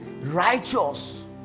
righteous